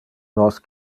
nos